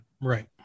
right